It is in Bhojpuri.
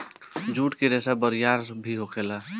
जुट के रेसा बरियार भी होखेला